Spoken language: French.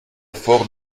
fort